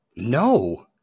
No